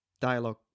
dialogue